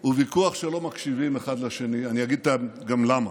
הוא ויכוח שלא מקשיבים אחד לשני, אני אגיד גם למה.